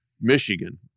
Michigan